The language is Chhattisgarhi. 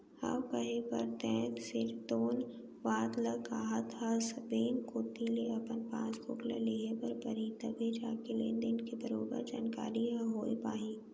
हव कहे बर तैं सिरतोन बात ल काहत हस बेंक कोती ले अपन पासबुक ल लेहे बर परही तभे जाके लेन देन के बरोबर जानकारी ह होय पाही